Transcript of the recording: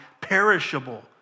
perishable